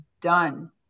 done